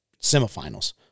semifinals